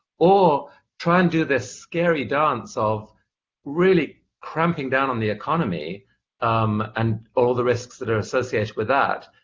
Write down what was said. or try and do this scary dance of really cramping down on the economy um and all the risks that are associated with that,